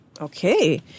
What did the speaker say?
Okay